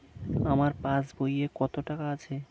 আমার পাস বইয়ে কত টাকা আছে?